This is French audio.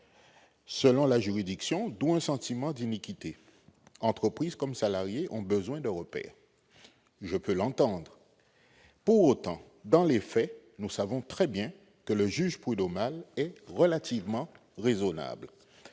selon la juridiction, d'où un sentiment d'iniquité. Entreprises comme salariés ont besoin de repères. » Je peux l'entendre ; pour autant, dans les faits, nous savons très bien que le juge prud'homal est relativement raisonnable.